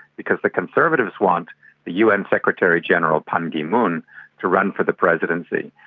because the conservatives want the un secretary general ban ki-moon to run for the presidency,